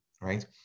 right